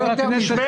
לא יותר מזה.